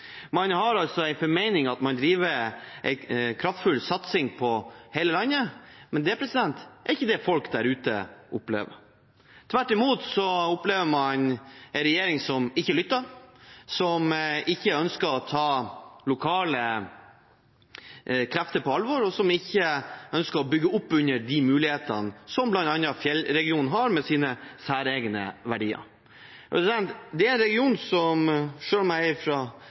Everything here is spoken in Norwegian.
Man har altså en formening om at man driver kraftfull satsing i hele landet, men det er ikke det folk der ute opplever. Tvert imot opplever man en regjering som ikke lytter, som ikke ønsker å ta lokale krefter på alvor, og som ikke ønsker å bygge opp under de mulighetene som bl.a. Fjellregionen har, med sine særegne verdier. Det er en region som jeg – selv om jeg er fra